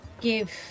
give